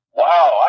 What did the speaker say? wow